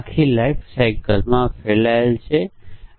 જ્યારે તમામ ઘરેલું ફ્લાઇટ્સમાં ભોજન આપવામાં આવે છે